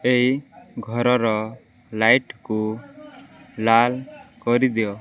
ଏହି ଘରର ଲାଇଟ୍କୁ ଲାଲ୍ କରିଦିଅ